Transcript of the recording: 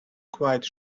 quite